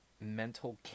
mental